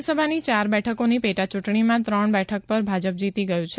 વિધાનસભાની ચાર બેઠકોની પેટા ચ્રંટણીમાં ત્રણ બેઠક પર ભાજપ જીતી ગયું છે